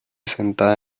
sentada